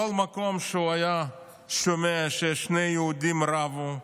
בכל מקום שהוא היה שומע שיש שני יהודים שרבו,